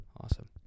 Awesome